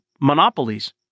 monopolies